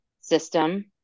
system